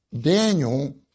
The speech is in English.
Daniel